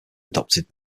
adopted